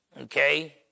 okay